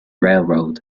railroad